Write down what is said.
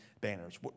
banners